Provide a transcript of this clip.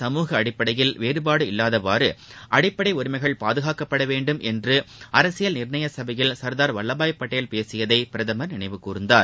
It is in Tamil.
சமூக அடிப்படையில் வேறுபாடு இல்லாதபடி அடிப்படை உரிமைகள் பாதுகாக்கப்பட வேண்டும் என்று அரசியல் நிர்ணய சபையில் சர்தார் வல்லபாய் பட்டேல் பேசியதை பிரதமர் நினைவு கூர்ந்துள்ளார்